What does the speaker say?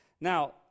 Now